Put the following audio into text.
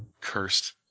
cursed